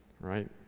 right